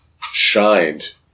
shined